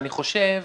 אני חושב